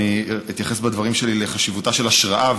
אני אתייחס בדברים שלי לחשיבותה של ההשראה,